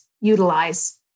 utilize